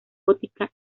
gótica